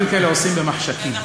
דברים כאלה עושים במחשכים.